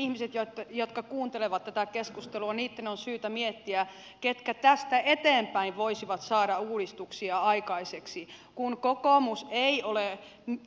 niitten ihmisten jotka kuuntelevat tätä keskustelua on syytä miettiä ketkä tästä eteenpäin voisivat saada uudistuksia aikaiseksi kun kokoomus ei ole